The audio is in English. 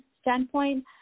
standpoint